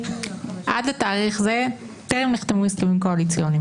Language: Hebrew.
עד לתאריך זה טרם נחתמו הסכמים קואליציוניים.